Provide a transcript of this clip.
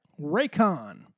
Raycon